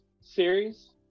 series